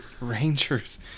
Rangers